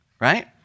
right